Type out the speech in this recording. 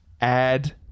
add